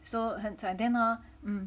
so 很惨 then hor